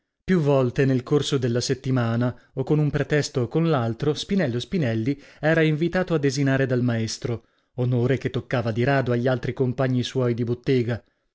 più volte nel corso della settimana o con un pretesto o con l'altro spinello spinelli era invitato a desinare dal maestro onore che toccava di rado agli altri compagni suoi di bottega